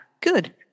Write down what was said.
Good